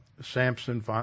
Samson